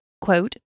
quote